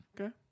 okay